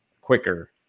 quicker